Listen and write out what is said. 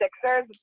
Sixers